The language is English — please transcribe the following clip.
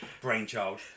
brainchild